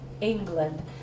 England